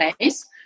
place